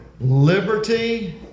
liberty